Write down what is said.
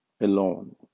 Alone